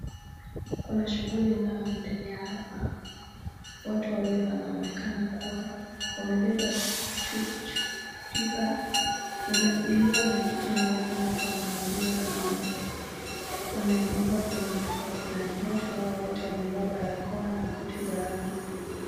Kuna shughuli inayoendelea hapa, watu wawili wanaonekana kuwa wamebeba pipa iliyo na kitu inayoonekana kuwa maziwa na wanaimwaga kwenye kifaa fulani, watu hawa wote wamevaa barakoa na koti ya rangi nyeupe.